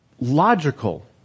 logical